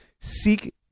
seek